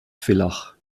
villach